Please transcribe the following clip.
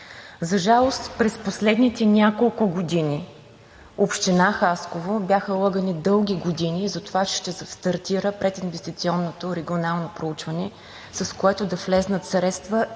За жалост, през последните няколко години община Хасково бяха лъгани дълги години за това, че ще стартира прединвестиционното регионално проучване, с което да влязат средства